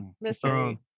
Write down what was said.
mystery